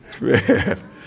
man